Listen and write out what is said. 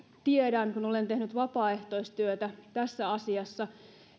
tiedän kun olen tehnyt vapaaehtoistyötä tässä asiassa